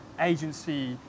agency